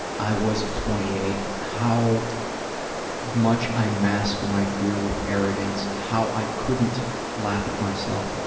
i was at twenty eight. how much i masked my fear with arrogance. how i couldn't laugh at myself.